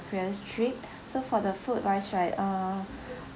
previous trip so for the food wise right uh